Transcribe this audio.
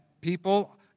people